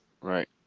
Right